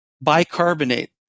bicarbonate